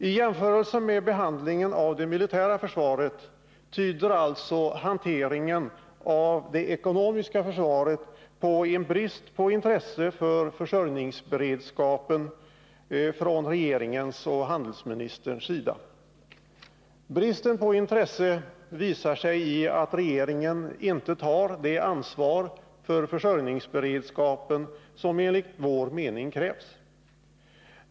En jämförelse mellan behandlingarna av det militära försvaret och hanteringen av det ekonomiska försvaret tyder på en brist på intresse för försörjningsberedskapen från regeringens och handelsministerns sida. Bristen på intresse visar sig i att regeringen inte tar det ansvar för försörjningsberedskapen som enligt vår mening krävs.